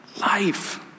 life